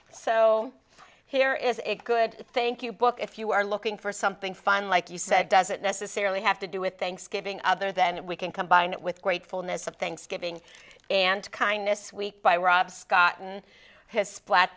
so here is a good thank you book if you are looking for something fun like you said doesn't necessarily have to do with thanksgiving other than we can combine it with gratefulness of thanksgiving and kindness week by rob scott and his